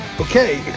Okay